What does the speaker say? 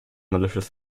malicious